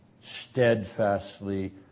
steadfastly